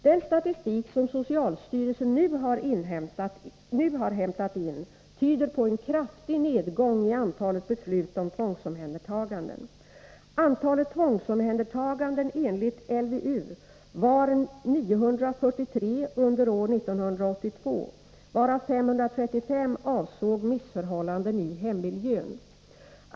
Den statistik som socialstyrelsen nu har hämtat in tyder på en kraftig nedgång i antalet beslut om tvångsomhändertaganden. Antalet tvångsomhändertaganden enligt LVU var 943 under år 1982, varav 535 avsåg missförhållanden i hemmiljön.